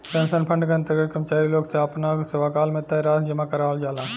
pension fund के अंतर्गत कर्मचारी लोग से आपना सेवाकाल में तय राशि जामा करावल जाला